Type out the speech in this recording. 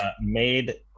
made